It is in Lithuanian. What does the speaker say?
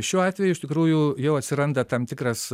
šiuo atveju iš tikrųjų jau atsiranda tam tikras